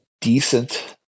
decent